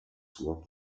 soins